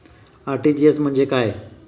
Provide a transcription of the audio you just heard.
RTGS म्हणजे काय?